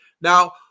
Now